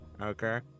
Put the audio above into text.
Okay